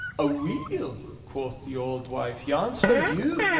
aweel, quo' the auld wife, yon's for you.